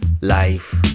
life